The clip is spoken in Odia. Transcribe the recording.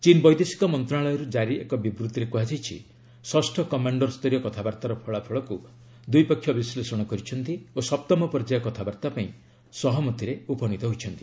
ଚୀନ୍ ବୈଦେଶିକ ମନ୍ତ୍ରଣାଳୟରୁ କାରି ଏକ ବିବୃତ୍ତିରେ କୁହାଯାଇଛି ଷଷ୍ଠ କମାଣ୍ଡର ସ୍ତରୀୟ କଥାବାର୍ତ୍ତାର ଫଳାଫଳକୁ ଦୁଇପକ୍ଷ ବିଶ୍ଳେଷଣ କରିଛନ୍ତି ଓ ସପ୍ତମ ପର୍ଯ୍ୟାୟ କଥାବାର୍ତ୍ତା ପାଇଁ ସହମତିରେ ଉପନୀତ ହୋଇଛନ୍ତି